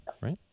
right